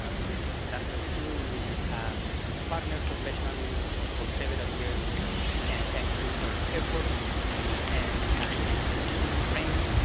ah with dr. chu, we have partnered professionally for several years and thanks to her efforts and and and and brain,